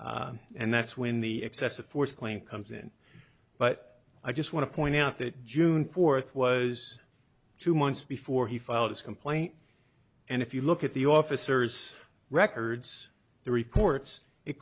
v and that's when the excessive force claim comes in but i just want to point out that june fourth was two months before he filed his complaint and if you look at the officers records the reports it